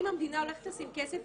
אם המדינה הולכת לשים כסף,